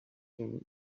him